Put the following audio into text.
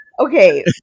Okay